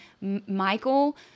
Michael